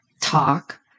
talk